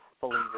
believe